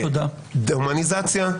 דה-הומניזציה,